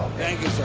thank you, sir.